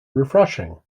refreshing